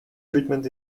treatment